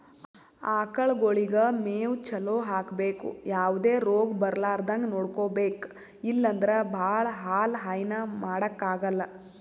ಆಕಳಗೊಳಿಗ್ ಮೇವ್ ಚಲೋ ಹಾಕ್ಬೇಕ್ ಯಾವದೇ ರೋಗ್ ಬರಲಾರದಂಗ್ ನೋಡ್ಕೊಬೆಕ್ ಇಲ್ಲಂದ್ರ ಭಾಳ ಹಾಲ್ ಹೈನಾ ಮಾಡಕ್ಕಾಗಲ್